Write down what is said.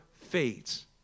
fades